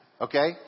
Okay